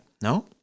no